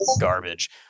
garbage